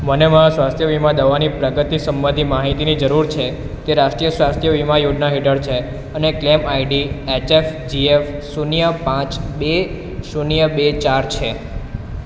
મને મારા સ્વાસ્થ્ય વીમા દાવાની પ્રગતિ સંબંધિ માહિતીની જરૂર છે તે રાષ્ટ્રીય સ્વાસ્થ્ય વીમા યોજના હેઠળ છે અને ક્લેમ આઈડી એચએફજીએફ શૂન્ય પાંચ બે શૂન્ય બે ચાર છે